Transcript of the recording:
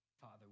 Father